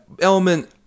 element